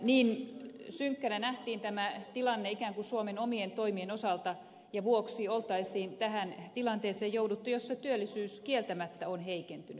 niin synkkänä nähtiin tämä tilanne ikään kuin suomen omien toimien osalta ja vuoksi olisi jouduttu tähän tilanteeseen jossa työllisyys kieltämättä on heikentynyt